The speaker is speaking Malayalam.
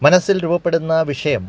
മനസ്സിൽ രൂപപ്പെടുന്ന വിഷയം